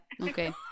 okay